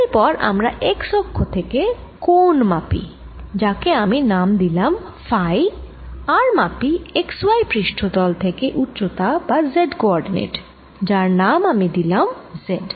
এরপর আমরা x অক্ষ থেকে কোণ মাপি যাকে আমি নাম দিলাম ফাই আর মাপি x yপৃষ্ঠ তল থেকে উচ্চতা বা z কোঅরডিনেট যার নাম আমি দিলাম z